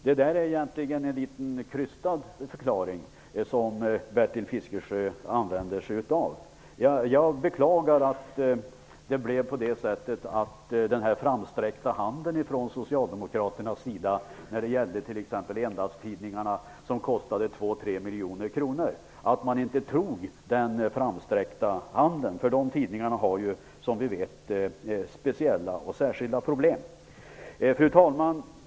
Det är egentligen en litet krystad förklaring som Bertil Jag beklagar att man inte tog den hand som sträcktes fram från den socialdemokratiska sidan t.ex. när det gällde endagstidningarna. Det skulle ha kostat 2--3 miljoner kronor, men de tidningarna har som bekant speciella problem. Fru talman!